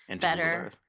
better